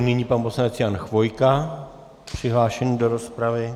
Nyní pan poslanec Jan Chvojka přihlášený do rozpravy.